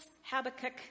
Habakkuk